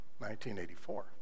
1984